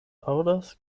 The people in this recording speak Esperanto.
aŭdas